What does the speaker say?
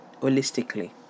holistically